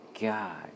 god